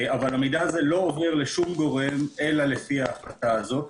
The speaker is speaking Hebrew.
אבל המידע הזה לא עובר לשום גורם אלא לפי ההחלטה הזאת,